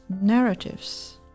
narratives